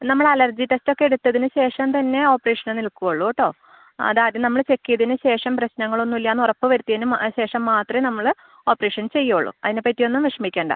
നമ്മൾ അലർജി ടെസ്റ്റൊക്കെ എടുത്തതിന് ശേഷം തന്നെ ഓപ്പറേഷന് നിൽക്കുള്ളൂട്ടോ അതാദ്യം നമ്മൾ ചെക്ക് ചെയ്തതിന് ശേഷം പ്രശ്നങ്ങളൊന്നും ഇല്ലാന്ന് ഉറപ്പ് വരുത്തിയതിന് ആ ശേഷം മാത്രമേ നമ്മൾ ഓപ്പറേഷൻ ചെയ്യൂള്ളൂ അതിനെ പറ്റിയൊന്നും വിഷമിക്കേണ്ട